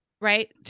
Right